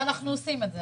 ואנחנו עושים את זה,